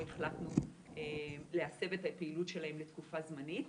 החלטנו להסב את הפעילות שלהן לתקופה זמנית.